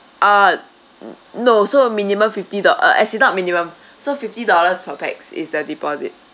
uh n~ no so a minimum fifty do~ uh as in not minimum so fifty dollars per pax is the deposit